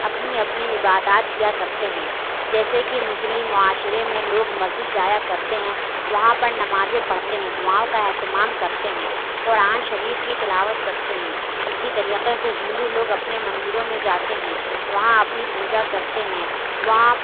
اپنی اپنی عبادات کیا کرتے ہیں جیسے کہ مسلم معاشرے میں لوگ مسجد جایا کرتے ہیں وہاں پر نمازیں پڑھتے ہیں دعاؤں کا اہتمام کرتے ہیں قرآن شریف کی تلاوت کرتے ہیں اِسی طریقے سے ہندو لوگ اپنے مندروں میں جاتے ہیں وہاں اپنی پوجا کرتے ہیں وہاں